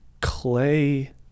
Clay